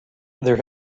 there